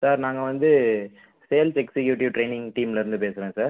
sir நாங்கள் வந்து sales executive training டீம்லேருந்து பேசுகிறேன் சார்